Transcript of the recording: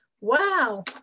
Wow